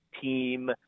team